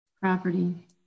property